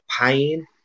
pain